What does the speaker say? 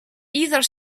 either